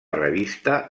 revista